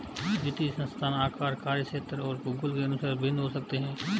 वित्तीय संस्थान आकार, कार्यक्षेत्र और भूगोल के अनुसार भिन्न हो सकते हैं